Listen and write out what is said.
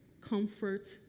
comfort